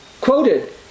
quoted